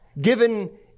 given